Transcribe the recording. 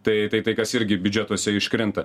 tai tai tai kas irgi biudžetuose iškrinta